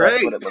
great